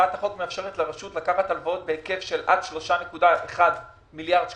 הצעת החוק מאפשרת לרשות לקחת הלוואות בהיקף של עד 3.1 מיליארד שקלים.